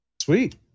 Sweet